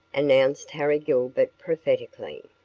announced harry gilbert prophetically.